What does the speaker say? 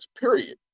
period